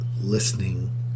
listening